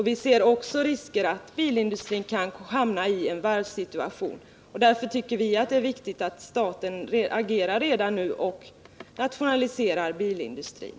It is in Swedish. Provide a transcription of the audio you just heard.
Vi ser också risker för att bilindustrin hamnar ien varvssituation. Därför tycker vi att det är viktigt att staten agerar redan nu och nationaliserar bilindustrin.